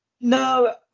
No